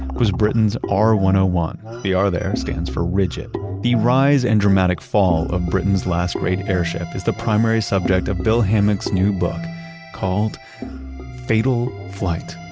was britain's r one zero ah one. the r there stands for rigid the rise and dramatic fall of britain's last great airship is the primary subject of bill hammock's new book called fatal flight.